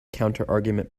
counterargument